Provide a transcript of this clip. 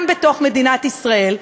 גם בתוך מדינת ישראל,